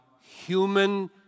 human